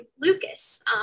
Lucas